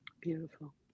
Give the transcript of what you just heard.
Beautiful